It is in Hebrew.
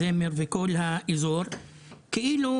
בזמר ובכל האזור כאילו